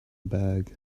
bag